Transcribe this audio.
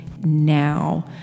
now